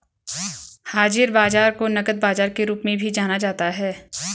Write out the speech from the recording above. हाज़िर बाजार को नकद बाजार के रूप में भी जाना जाता है